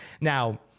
Now